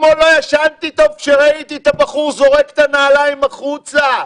אתמול לא ישנתי טוב כשראיתי את הבחור זורק את הנעלים החוצה.